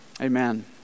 amen